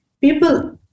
people